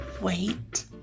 wait